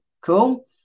Cool